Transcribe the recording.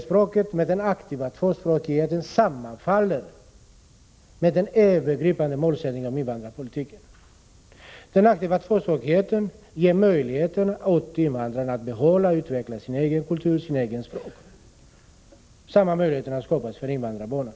Syftet med den aktiva tvåspråkigheten sammanfaller med den övergripande målsättningen för invandrarpolitiken. Den aktiva tvåspråkigheten ger möjligheter åt invandrarna att behålla och utveckla sin egen kultur och sitt eget språk. Samma möjligheter har skapats för invandrarbarnen.